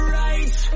right